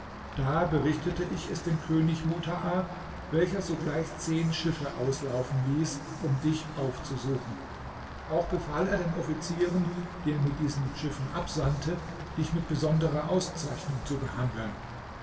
da berichtete ich es dem könig mutaa welcher sogleich zehn schiffe auslaufen ließ um dich aufzusuchen auch befahl er den offizieren die er mit diesen schiffen absandte dich mit besonderer auszeichnung zu behandeln